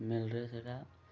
ମଲ୍ରେ ସେଇଟା